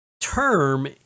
term